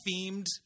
themed